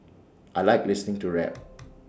I Like listening to rap